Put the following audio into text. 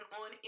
on